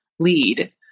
lead